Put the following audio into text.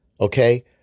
Okay